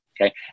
Okay